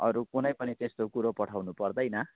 अरू कुनै पनि त्यस्तो कुरो पठाउनु पर्दैन